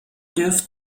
durft